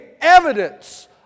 evidence